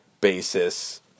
basis